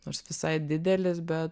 nors visai didelis bet